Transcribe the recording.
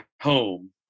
home